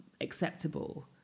acceptable